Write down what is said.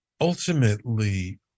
Ultimately